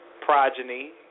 progeny